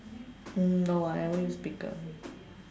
mm no I never use speaker